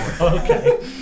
Okay